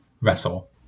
wrestle